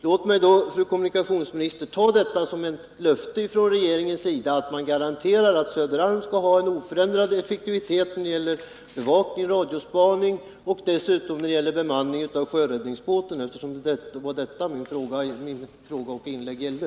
Låt mig då, fru kommunikationsminister, ta detta som ett löfte från regeringen, att den garanterar Söderarm oförändrad effektivitet när det gäller bevakning, radiospaning och bemanning av sjöräddningsbåten, eftersom det var detta min fråga och mitt inlägg gällde.